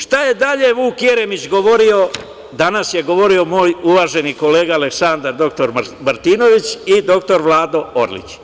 Šta je dalje Vuk Jeremić govorio, danas je govorio moj uvaženi kolega Aleksandar dr Martinović i dr Vlado Orlić.